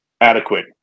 adequate